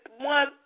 one